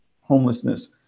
homelessness